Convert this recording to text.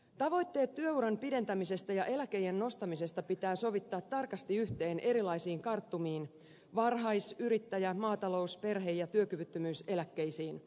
tavoitteet työuran pidentämisestä ja eläkeiän nostamisesta pitää sovittaa tarkasti yhteen erilaisiin karttumiin varhais yrittäjä maatalous perhe ja työkyvyttömyyseläkkeisiin